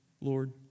Lord